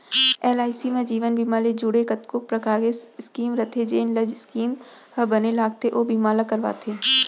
LIC म जीवन बीमा ले जुड़े कतको परकार के स्कीम रथे जेन ल जेन स्कीम ह बने लागथे ओ बीमा ल करवाथे